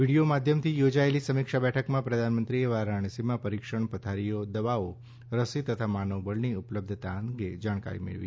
video માધ્યમથી યોજાયેલી સમીક્ષા બેઠકમાં પ્રધાનમંત્રીએ વારાણસીમાં પરીક્ષણ પથારીઓ દવાઓ રસી તથા માનવબળની ઉપલબ્ધતા અંગે જાણકારી મેળવી